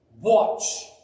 Watch